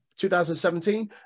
2017